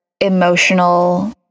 emotional